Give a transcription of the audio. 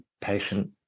patient